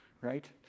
right